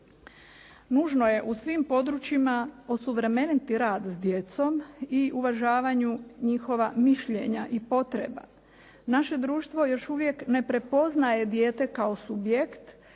Nužno je u svim područjima osuvremeniti rad s djecom i uvažavanju njihova mišljenja i potreba. Naše društvo još uvijek ne prepoznaje dijete kao subjekt